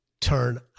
turn